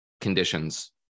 conditions